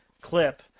clip